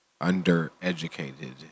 under-educated